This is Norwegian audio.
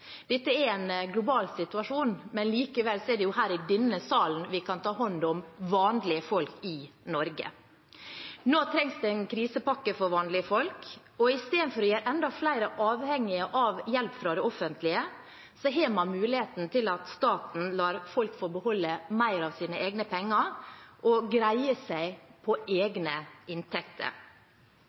Dette er en global situasjon, men likevel er det her i denne salen vi kan ta hånd om vanlige folk i Norge. Nå trengs det en krisepakke for vanlige folk. Istedenfor å gjøre enda flere avhengig av hjelp fra det offentlige, har man muligheten til at staten lar folk få beholde mer av sine egne penger og greie seg på egne inntekter.